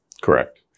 Correct